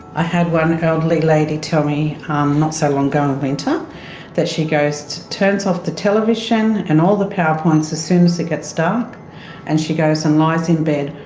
i had one elderly lady tell me um not so long ago in winter that she goes, turns off the television and all the power points as soon as it gets dark and she goes and lies in bed,